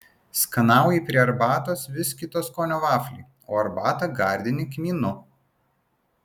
skanauji prie arbatos vis kito skonio vaflį o arbatą gardini kmynu